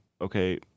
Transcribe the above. okay